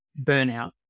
Burnout